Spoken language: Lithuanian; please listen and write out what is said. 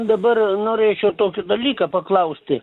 dabar norėčiau tokį dalyką paklausti